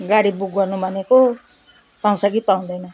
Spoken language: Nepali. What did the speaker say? गाडी बुक गर्नु भनेको पाउँछ कि पाउँदैन